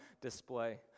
display